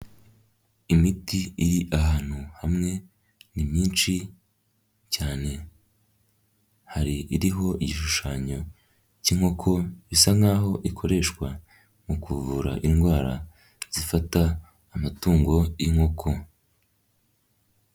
Imiti iri ahantu hamwe ni myinshi cyane, hari iriho igishushanyo cy'inkoko bisa nk'aho ikoreshwa mu kuvura indwara zifata amatungo inkoko.